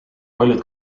paljud